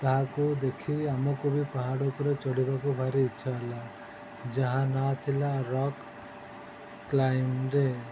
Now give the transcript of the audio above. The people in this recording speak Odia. ତାହାକୁ ଦେଖି ଆମକୁ ବି ପାହାଡ଼ ଉପରେ ଚଢ଼ିବାକୁ ଭାରି ଇଚ୍ଛା ହେଲା ଯାହା ନାଁ ଥିଲା ରକ୍ କ୍ଲାଇମ୍ବର୍